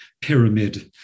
pyramid